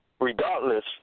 regardless